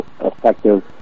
effective